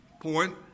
point